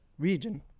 region